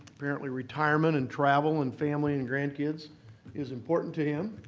apparently, retirement and travel and family and grandkids is important to him,